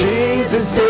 Jesus